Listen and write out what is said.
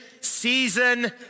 season